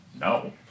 no